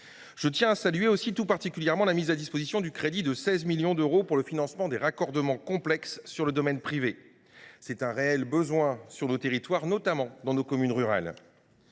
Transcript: Je tiens à saluer aussi tout particulièrement la mise à disposition d’une enveloppe de 16 millions d’euros pour le financement des raccordements complexes dans le domaine privé. C’est un réel besoin dans nos territoires, notamment dans nos communes rurales.